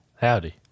Howdy